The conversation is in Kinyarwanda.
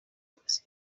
polisi